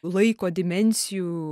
laiko dimensijų